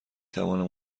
توانم